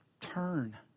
Turn